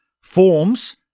forms